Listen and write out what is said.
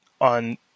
on